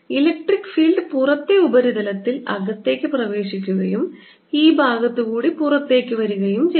electric field പുറത്തെ ഉപരിതലത്തിൽ അകത്തേക്ക് പ്രവേശിക്കുകയും ഈ ഭാഗത്തുകൂടി പുറത്തേക്ക് വരികയും ചെയ്യുന്നു